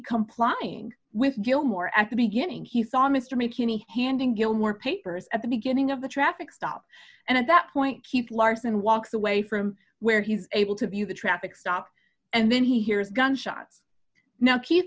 complying with gilmore at the beginning he saw mr mckinney handing gilmore papers at the beginning of the traffic stop and at that point keep larson walks away from where he's able to view the traffic stop and then he hears gunshots now k